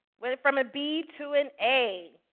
went from a b to an a.